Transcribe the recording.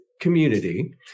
community